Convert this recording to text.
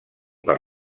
per